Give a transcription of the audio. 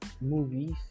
movies